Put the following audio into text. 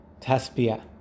Taspia